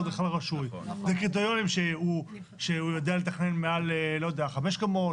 זה קריטריונים שהוא יודע לתכנן מעל חמש או ארבע קומות,